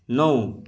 नौ